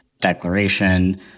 declaration